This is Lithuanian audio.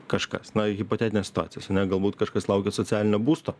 kažkas na hipotetinės situacijos ane galbūt kažkas laukia socialinio būsto